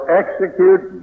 execute